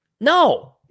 No